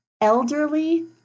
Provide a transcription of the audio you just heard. Elderly